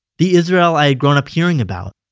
the israel i had grown up hearing about.